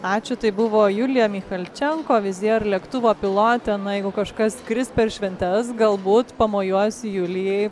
ačiū tai buvo julija michalčenko vizeir lėktuvo pilotė na jeigu kažkas skris per šventes galbūt pamojuos julijai